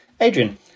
Adrian